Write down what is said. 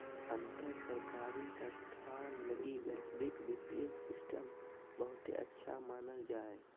अंतर सरकारी संस्थान लगी वैश्विक वित्तीय सिस्टम बहुते अच्छा मानल जा हय